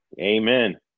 Amen